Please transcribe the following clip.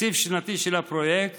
התקציב השנתי של הפרויקט